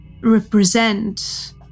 represent